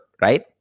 right